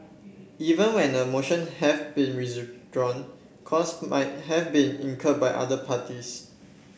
even when a motion have been withdrawn costs might have been incurred by other parties